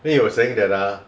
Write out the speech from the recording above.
then he was saying that ah